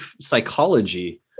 psychology